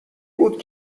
بود